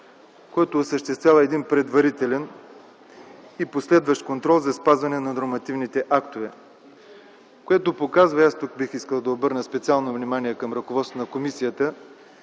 което осъществява един предварителен и последващ контрол за спазване на нормативните актове, което показва ясно, бих искал специално да обърна внимание към ръководството на комисията,